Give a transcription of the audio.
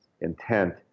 intent